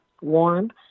Warm